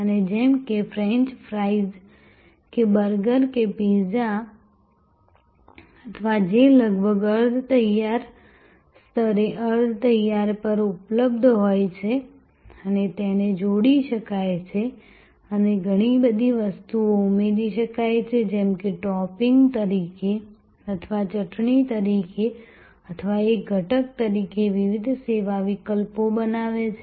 અને જેમ કે ફ્રેંચ ફ્રાઈસ કે બર્ગર કે પિઝા અથવા જે લગભગ અર્ધ તૈયાર સ્તરે અર્ધ તૈયાર પર ઉપલબ્ધ હોય છે અને તેને જોડી શકાય છે અને ઘણી બધી વસ્તુઓ ઉમેરી શકાય છે જેમ કે ટોપિંગ તરીકે અથવા ચટણી તરીકે અથવા એક ઘટક તરીકે વિવિધ સેવા વિકલ્પો બનાવે છે